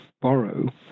borrow